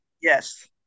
Yes